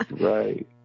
Right